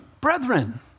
brethren